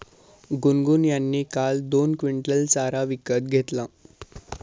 गुनगुन यांनी काल दोन क्विंटल चारा विकत घेतला